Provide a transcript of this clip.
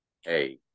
hey